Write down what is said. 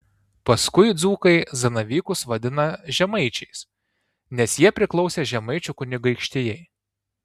paskui dzūkai zanavykus vadina žemaičiais nes jie priklausė žemaičių kunigaikštijai